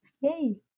Yay